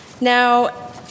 Now